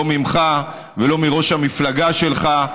לא ממך ולא מראש המפלגה שלך,